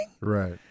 Right